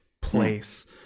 place